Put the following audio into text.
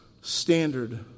standard